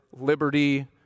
liberty